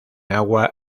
agua